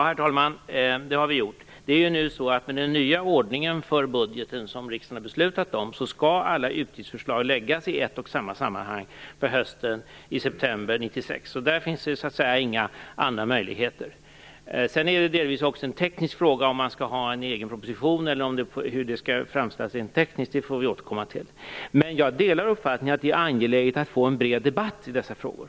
Herr talman! Det har vi gjort. I och med den nya ordningen för budgeten som riksdagen har beslutat om skall alla utgiftsförslag läggas fram i ett och samma sammanhang under hösten, i september 1996. I och med detta finns inga andra möjligheter. Frågan om ifall detta skall läggas fram i en egen proposition och hur det hela skall framställas är delvis också teknisk. Vi får återkomma till den. Jag delar dock uppfattningen att det är angeläget att vi får en bred debatt i dessa frågor.